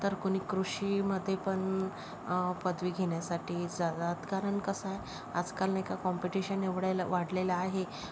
तर कुणी कृषीमध्ये पण पदवी घेण्यासाठी जातात कारण कसं आहे आजकाल नाही का कॉम्पिटिशन एवढं वाढलेलं आहे